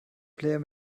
player